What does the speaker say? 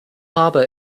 harbor